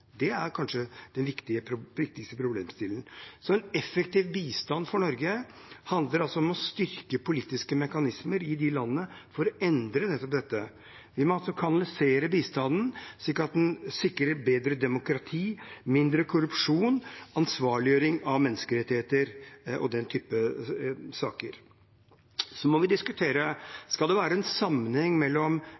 Det er kanskje den viktigste problemstillingen. Så en effektiv bistand handler for Norges del om å styrke politiske mekanismer i disse landene for å endre nettopp dette. Vi må kanalisere bistanden slik at den sikrer et bedre demokrati, mindre korrupsjon, ansvarliggjøring av menneskerettigheter og den typen saker. Vi må diskutere om det skal være en sammenheng mellom